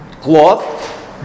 Cloth